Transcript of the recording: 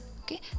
Okay